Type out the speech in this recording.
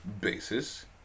basis